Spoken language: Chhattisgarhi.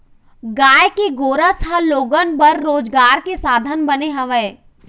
गाय के गोरस ह लोगन बर रोजगार के साधन बने हवय